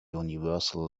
universal